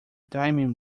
dining